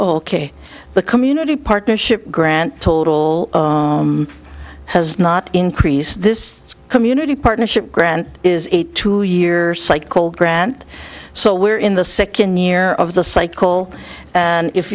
k the community partnership grant total has not increased this community partnership grant is a two year cycle grant so we're in the second year of the cycle and if